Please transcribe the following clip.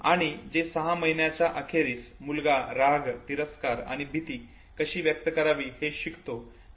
आणि हे सहा महिन्यांच्या अखेरीस मुलगा राग तिरस्कार आणि भीती कशी व्यक्त करावी हे शिकतो